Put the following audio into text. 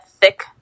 thick